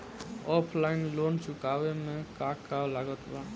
Offline loan चुकावे म का का लागत बा?